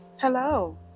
Hello